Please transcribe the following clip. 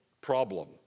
problem